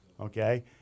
okay